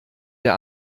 der